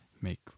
make